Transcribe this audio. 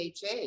DHA